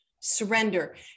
surrender